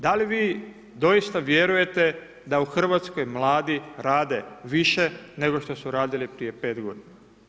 Da li vi doista vjerujete da u Hrvatskoj mladi rade više nego što su radili prije 5 g.